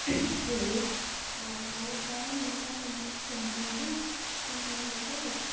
त्योहरू हलुका मनतातोमा त्यस्तोहरू दिन्छ अनि त्यहाँदेखिको चाहिँ